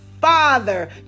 father